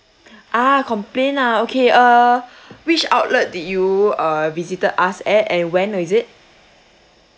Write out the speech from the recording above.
ah complain ah okay uh which outlet did you uh visited us at and when is it